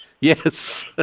Yes